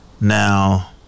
Now